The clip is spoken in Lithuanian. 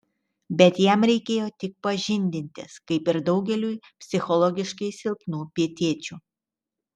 bet jam reikėjo tik pažindintis kaip ir daugeliui psichologiškai silpnų pietiečių